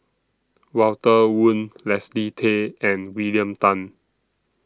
Walter Woon Leslie Tay and William Tan